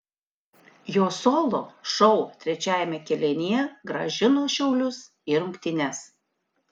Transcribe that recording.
jo solo šou trečiajame kėlinyje grąžino šiaulius į rungtynes